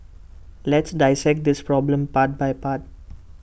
let's dissect this problem part by part